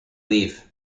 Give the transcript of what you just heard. leave